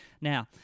Now